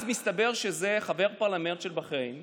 הסתבר אז שזה חבר הפרלמנט של בחריין,